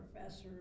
professor